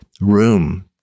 room